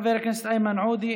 חבר הכנסת איימן עודה,